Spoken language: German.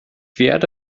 werde